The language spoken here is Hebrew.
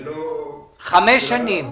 זה לא --- חמש שנים.